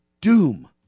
doom